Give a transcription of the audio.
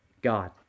God